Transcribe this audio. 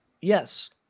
Yes